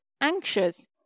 anxious